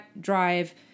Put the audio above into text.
drive